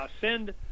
send